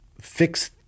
fix